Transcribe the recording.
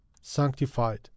sanctified